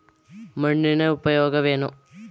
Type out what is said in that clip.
ಮಣ್ಣಿನ ಉಪಯೋಗವೇನು?